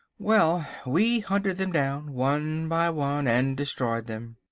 well, we hunted them down one by one and destroyed them.